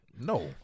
No